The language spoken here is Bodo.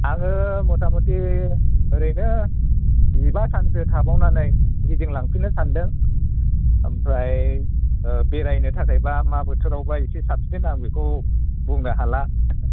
आङो मतामति ओरैनो जिबा सानसो थाबावनानै गिदिंलांफिननो सान्दों ओमफ्राय बेरायनो थाखाय बा मा बोथोरावहाय साबसिन आं बेखौ बुंनो हाला